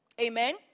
Amen